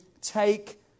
take